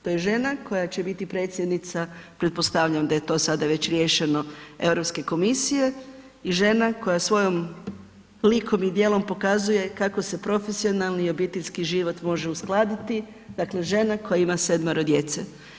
To je žena koja će biti predsjednica, pretpostavljam da je to sada već riješeno Europske komisije i žena koja svojim likom i djelom pokazuje kako se profesionalni i obiteljski život može uskladiti dakle, žena koja ima sedmero djece.